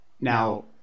Now